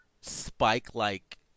spike-like